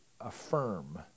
affirm